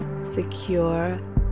secure